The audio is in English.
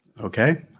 Okay